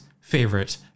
favorite